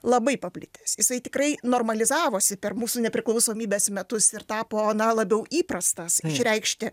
labai paplitęs jisai tikrai normalizavosi per mūsų nepriklausomybės metus ir tapo na labiau įprastas išreikšti